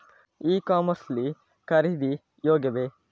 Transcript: E commerce ಲ್ಲಿ ಖರೀದಿ ಯೋಗ್ಯವೇ?